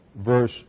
verse